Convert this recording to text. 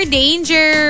danger